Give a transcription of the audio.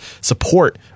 support